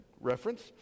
reference